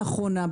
בעניין הזה.